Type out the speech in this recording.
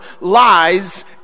lies